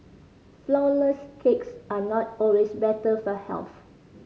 flourless cakes are not always better for health